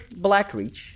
Blackreach